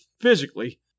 physically